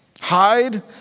hide